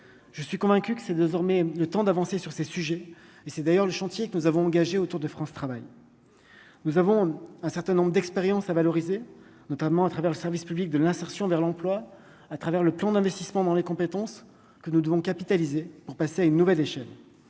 je suis convaincu que c'est désormais le temps d'avancer sur ces sujets, et c'est d'ailleurs le chantier que nous avons engagé au Tour de France travaille, nous avons un certain nombre d'expériences à valoriser, notamment à travers le service public de l'insertion vers l'emploi à travers le plan d'investissement dans les compétences que nous devons capitaliser pour passer à une nouvelle échelle,